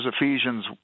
Ephesians